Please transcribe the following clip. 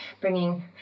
bringing